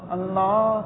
Allah